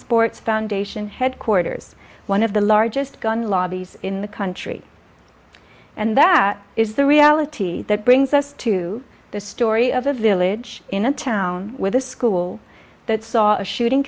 sports foundation headquarters one of the largest gun lobby's in the country and that is the reality that brings us to the story of a village in a town with a school that saw a shooting